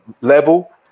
level